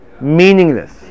Meaningless